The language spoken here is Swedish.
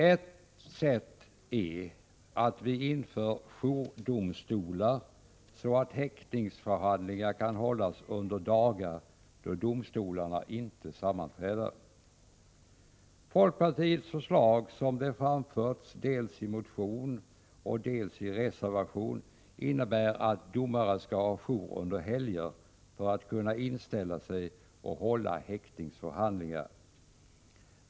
Ett sätt är att vi inför jourdomstolar, så att häktningsförhandlingar kan hållas under dagar då domstolarna inte sammanträder. Folkpartiets förslag som det framförs dels i motion, dels i reservation innebär att domare skall ha jour under helger för att kunna inställa sig och hålla häktningsförhandlingar.